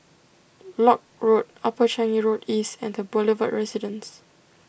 Lock Road Upper Changi Road East and the Boulevard Residence